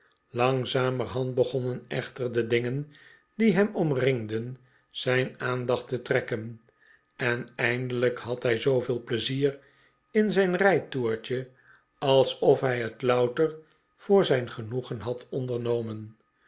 langzamerhand begonnen echter de dingen die hem omringden zijn aandacht te trekken en eindelijk had hij zooveel pleizier in zijn rijtoertje alsof hij het louter voor zijn genoegen had ondernomen